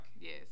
Yes